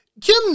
Kim